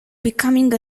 becoming